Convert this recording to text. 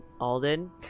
Alden